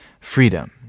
freedom